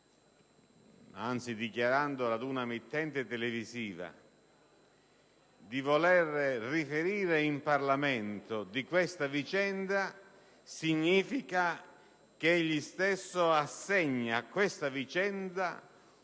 dichiarato ad un'emittente televisiva di voler riferire in Parlamento su questa vicenda ciò significa che egli stesso assegna ad essa una